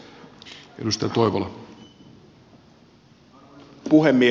arvoisa puhemies